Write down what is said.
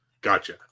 Gotcha